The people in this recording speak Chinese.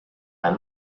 繁忙